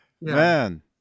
man